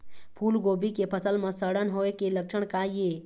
फूलगोभी के फसल म सड़न होय के लक्षण का ये?